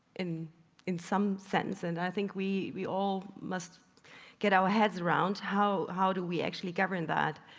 in in some sense. and i think we we all must get our heads around, how how do we actually govern that.